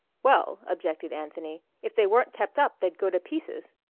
well, objected anthony, if they weren't kept up they'd go to pieces.